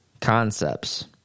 concepts